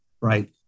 Right